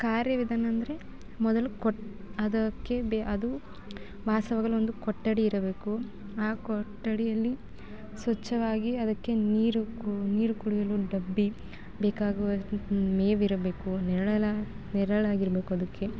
ಕಾರ್ಯ ವಿಧಾನ ಅಂದರೆ ಮೊದಲು ಕೊಟ್ಟು ಅದಕ್ಕೆ ಅದು ವಾಸವಾಗಲು ಒಂದು ಕೊಠಡಿ ಇರಬೇಕು ಆ ಕೊಠಡಿಯಲ್ಲಿ ಸ್ವಚ್ಛವಾಗಿ ಅದಕ್ಕೆ ನೀರು ನೀರು ಕುಡಿಯಲು ಒಂದು ಡಬ್ಬಿ ಬೇಕಾಗುವ ಮೇವಿರಬೇಕು ನೆರಳು ನೆರಳಾಗಿರಬೇಕು ಅದಕ್ಕೆ